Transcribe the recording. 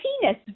penis